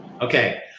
Okay